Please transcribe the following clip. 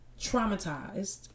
Traumatized